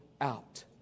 out